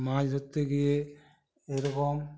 মাছ ধরতে গিয়ে এরকম